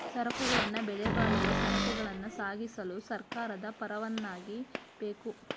ಸರಕುಗಳನ್ನು ಬೆಲೆಬಾಳುವ ಸರಕುಗಳನ್ನ ಸಾಗಿಸಲು ಸರ್ಕಾರದ ಪರವಾನಗಿ ಬೇಕು